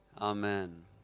Amen